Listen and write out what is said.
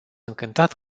încântat